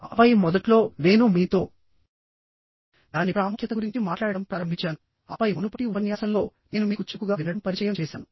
ఆపై మొదట్లో నేను మీతో దాని ప్రాముఖ్యత గురించి మాట్లాడటం ప్రారంభించానుఆపై మునుపటి ఉపన్యాసంలోనేను మీకు చురుకుగా వినడం పరిచయం చేసాను